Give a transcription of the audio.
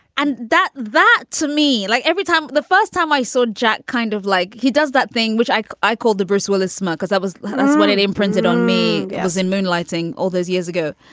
and that that to me, like every time the first time i saw jack kind of like he does that thing, which i i called the bruce willis smug because that was when it imprinted on me as in moonlighting all those years ago.